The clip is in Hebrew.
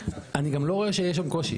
אני גם לא רואה שיש שם קושי,